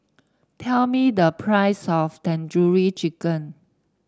tell me the price of Tandoori Chicken